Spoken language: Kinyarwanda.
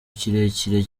kirekire